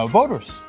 voters